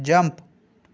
jump